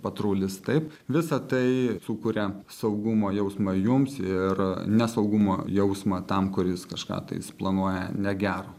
patrulis taip visa tai sukuria saugumo jausmą jums ir nesaugumo jausmą tam kuris kažką tais jis planuoja negero